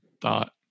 thought